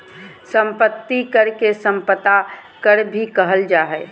संपत्ति कर के सम्पदा कर भी कहल जा हइ